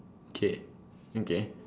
okay okay